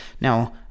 Now